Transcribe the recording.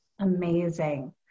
Amazing